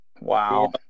Wow